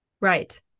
Right